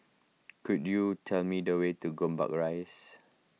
could you tell me the way to Gombak Rise